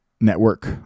network